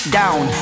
down